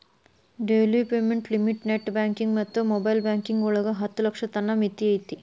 daily payment limit net banking ಮತ್ತ mobile banking ಒಳಗ ಹತ್ತ ಲಕ್ಷದ್ ತನ ಮಿತಿ ಐತಿ